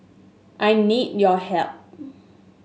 I need your help